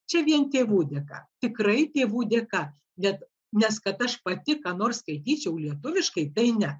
čia vien tėvų dėka tikrai tėvų dėka net nes kad aš pati ką nors skaityčiau lietuviškai tai ne